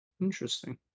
interesting